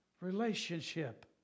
relationship